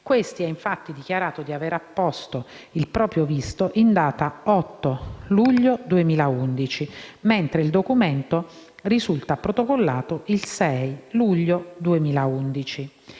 questi ha, infatti, dichiarato di aver apposto il proprio visto in data 8 luglio 2011, mentre il documento risulta protocollato il 6 luglio 2011».